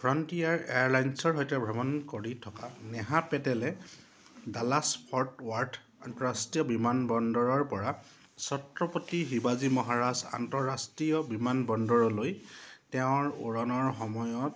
frontier এয়াৰলাইন্সৰ সৈতে ভ্ৰমণ কৰি থকা নেহা পেটেলে ডালাছ ফৰ্ট ৱাৰ্থ আন্তঃৰাষ্ট্ৰীয় বিমানবন্দৰৰপৰা ছত্ৰপতি শিৱাজী মহাৰাজ আন্তঃৰাষ্ট্ৰীয় বিমানবন্দৰলৈ তেওঁৰ উৰণৰ সময়ত